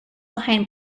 behind